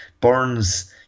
Burns